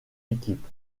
équipe